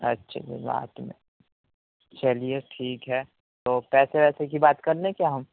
اچھا جی رات میں چلیے ٹھیک ہے تو پیسے ویسے کی بات کر لیں کیا ہم